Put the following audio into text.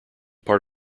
part